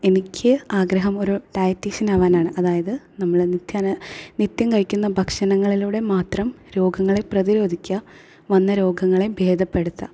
എനിക്ക് ആഗ്രഹം ഒരു ഡൈറ്റിഷൻ ആകാനാണ് അതായത് നമ്മൾ നിത്യേന നിത്യം കഴിക്കുന്ന ഭക്ഷണങ്ങളിലൂടെ മാത്രം രോഗങ്ങളെ പ്രധിരോധിക്കുക വന്ന രോഗങ്ങളെ ഭേദപ്പെടുത്തുക